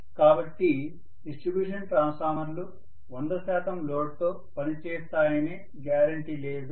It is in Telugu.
కాబట్టి డిస్ట్రిబ్యూషన్ ట్రాన్స్ఫార్మర్లు 100 శాతం లోడ్తో పనిచేస్తాయనే గ్యారెంటీ లేదు